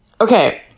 Okay